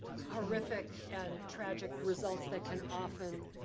horrific and tragic results that can often